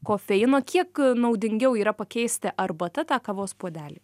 kofeino kiek naudingiau yra pakeisti arbata tą kavos puodelį